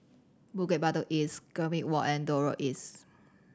Bukit Batok East Gambir Walk and Dock Road East